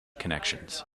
connections